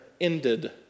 ended